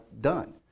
done